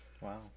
wow